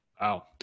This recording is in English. Wow